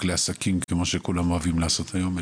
לעסקים כמו שכולם אוהבים לעשות היום,